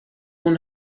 اون